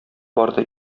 барды